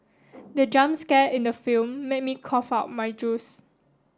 the jump scare in the film made me cough out my juice